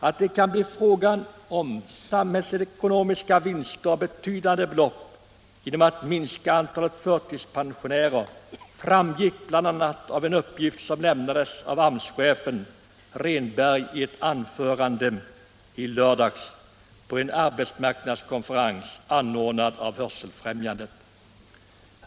Att det kan bli fråga om samhällsekonomiska vinster till betydande belopp framgick bl.a. av en uppgift som lämnades av AMS-chefen Rehnberg i 7n ett anförande i lördags på en arbetsmarknadskonferens anordnad av Hörselfrämjandets riksförbund.